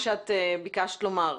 זוהי דוגמה למה שיכול להיות במוסדות תכנון.